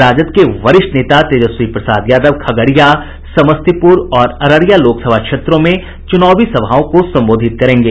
राजद के वरिष्ठ नेता तेजस्वी प्रसाद यादव खगड़िया समस्तीपुर और अररिया लोकसभा क्षेत्र में चुनावी सभाओं को संबोधित करेंगे